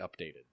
updated